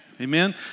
Amen